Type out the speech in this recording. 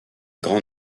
grand